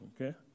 Okay